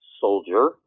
soldier